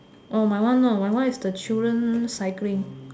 orh my one my one no my one is the children cycling